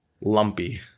Lumpy